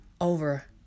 over